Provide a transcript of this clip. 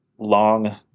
long